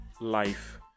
life